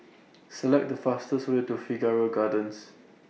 Select The fastest Way to Figaro Gardens